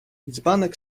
dzbanek